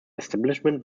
establishment